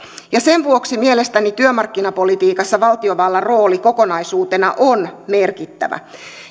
ja sen vuoksi mielestäni työmarkkinapolitiikassa valtiovallan rooli kokonaisuutena on merkittävä